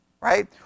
right